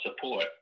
support